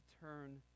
turn